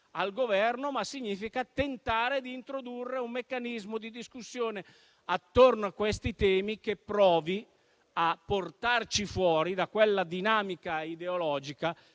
al Governo, ma tentare di introdurre un meccanismo di discussione attorno a questi temi, che provi a portarci fuori da quella dinamica ideologica